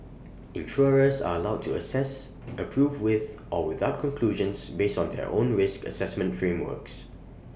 insurers are allowed to assess approve with or without conclusions based on their own risk Assessment frameworks